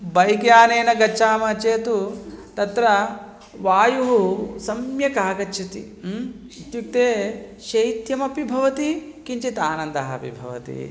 bike यानेन गच्छामः चेत् तत्र वायुः सम्यक् आगच्छति इत्युक्ते शैत्यमपि भवति किञ्चित् आनन्दः अपि भवति